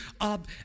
up